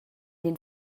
den